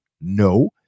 No